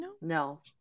No